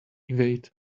evade